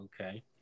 Okay